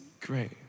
great